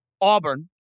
Auburn